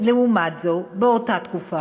לעומת זאת, באותה תקופה,